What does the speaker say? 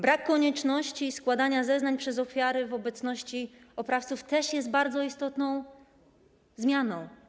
Brak konieczności składania zeznań przez ofiary w obecności oprawców też jest bardzo istotną zmianą.